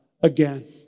again